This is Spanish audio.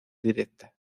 directa